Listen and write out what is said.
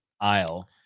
aisle